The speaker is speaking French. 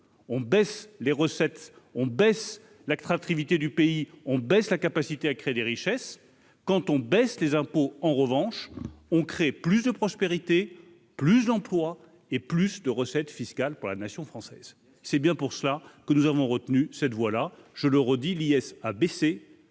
on baisse les recettes, on baisse la trappe trinité du pays, on baisse la capacité à créer des richesses, quand on baisse les impôts, en revanche, on crée plus de prospérité, plus d'emplois et plus de recettes fiscales pour la nation française, c'est bien pour cela que nous avons retenu cette voie là, je le redis liesse a baissé